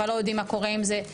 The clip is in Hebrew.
אבל לא יודעים מה קורה עם זה,